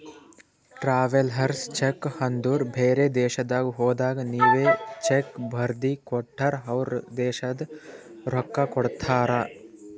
travellers cheque ಅಂದುರ್ ಬೇರೆ ದೇಶದಾಗ್ ಹೋದಾಗ ನೀವ್ ಚೆಕ್ ಬರ್ದಿ ಕೊಟ್ಟರ್ ಅವ್ರ ದೇಶದ್ ರೊಕ್ಕಾ ಕೊಡ್ತಾರ